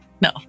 No